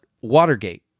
Watergate